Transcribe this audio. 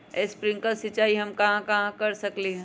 Sprinkle सिंचाई हम कहाँ कहाँ कर सकली ह?